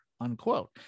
unquote